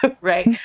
right